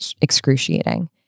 excruciating